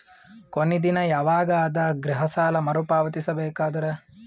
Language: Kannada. ಕೊನಿ ದಿನ ಯವಾಗ ಅದ ಗೃಹ ಸಾಲ ಮರು ಪಾವತಿಸಬೇಕಾದರ?